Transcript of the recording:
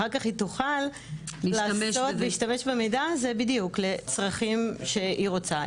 אחר כך היא תוכל להשתמש במידע לצרכים שהיא רוצה,